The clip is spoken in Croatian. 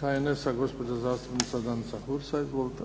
HNS-a gospođa zastupnica Danica Hursa. Izvolite.